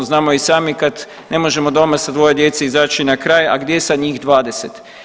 Znamo i sami kad ne možemo doma sa 2 djece izaći na kraj, a gdje sa njih 20.